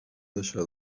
deixar